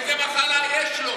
איזו מחלה יש לו?